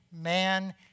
man